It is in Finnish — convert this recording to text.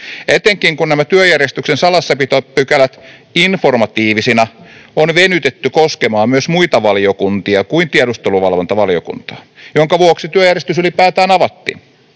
etenkin kun nämä työjärjestyksen salassapitopykälät informatiivisina on venytetty koskemaan myös muita valiokuntia kuin tiedusteluvalvontavaliokuntaa, jonka vuoksi työjärjestys ylipäätään avattiin.